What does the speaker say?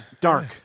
dark